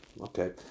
Okay